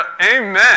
amen